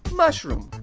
mushroom.